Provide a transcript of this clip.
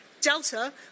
Delta